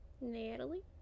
Natalie